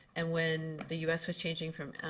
and when the u s. was changing from